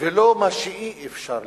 ולא מה אי-אפשר להכניס.